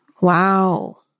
wow